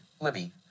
libby